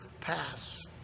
pass